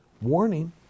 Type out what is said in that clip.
warning